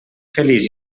feliç